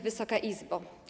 Wysoka Izbo!